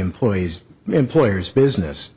employee's employer's business